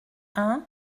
vingt